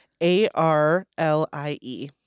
A-R-L-I-E